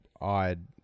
odd